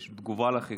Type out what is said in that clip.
יש תגובה לחיקוי הזה.